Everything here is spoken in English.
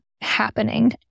happening